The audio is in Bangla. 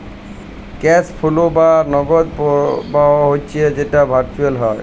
ক্যাশ ফোলো বা নগদ পরবাহ হচ্যে যেট ভারচুয়েলি হ্যয়